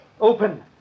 Open